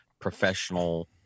professional